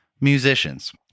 musicians